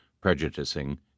prejudicing